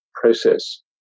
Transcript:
process